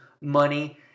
money